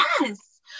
Yes